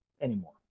anymore